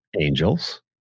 Angels